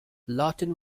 lawton